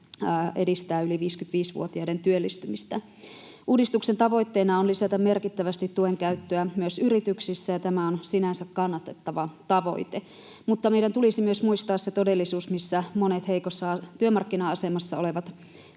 edistää yli 55-vuotiaiden työllistymistä. Uudistuksen tavoitteena on lisätä merkittävästi tuen käyttöä myös yrityksissä, ja tämä on sinänsä kannatettava tavoite, mutta meidän tulisi myös muistaa se todellisuus, missä monet heikossa työmarkkina-asemassa olevat